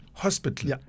hospital